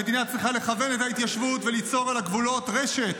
המדינה צריכה "לכוון את ההתיישבות וליצור על הגבולות --- רשת